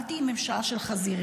אל תהיי ממשלה של חזירים.